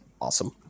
awesome